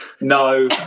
no